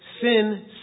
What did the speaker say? sin